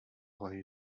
ale